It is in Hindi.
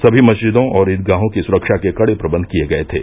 सभी मस्जिदों और ईदगाहों की सुरक्षा के कड़े प्रबंध किए गये थे